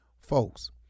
Folks